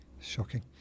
shocking